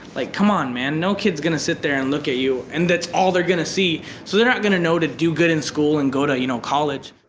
like come on, man! no kid's gonna sit there and look at you. and that's all they're gonna see, so they're not gonna know to do good in school and go to you know, college.